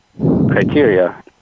criteria